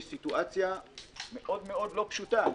התחילו מסיטואציה מאוד מאוד לא פשוטה,